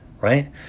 right